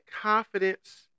confidence